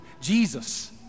Jesus